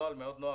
נוהל מאוד נוח